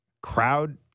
Crowd